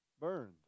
burned